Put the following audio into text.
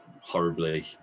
horribly